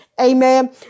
Amen